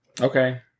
okay